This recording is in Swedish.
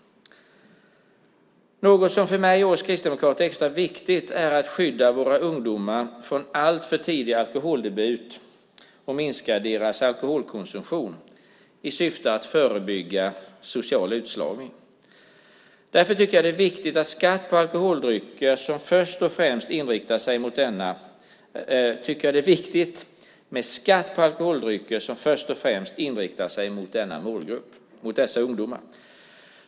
Något som för mig och för oss kristdemokrater är extra viktigt är att skydda våra ungdomar från en alltför tidig alkoholdebut och att minska deras alkoholkonsumtion i syfte att förebygga social utslagning. Därför tycker jag att det är viktigt med skatt på alkoholdrycker först och främst inriktade på dessa ungdomar.